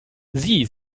sie